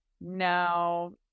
no